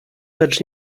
lecz